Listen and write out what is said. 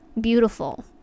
beautiful